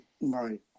Right